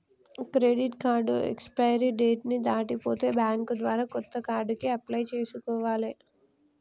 credit card expiry date ని దాటిపోతే bank ద్వారా కొత్త కార్డుకి అప్లై చేసుకోవాలే